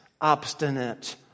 obstinate